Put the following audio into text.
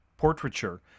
portraiture